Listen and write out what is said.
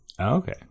okay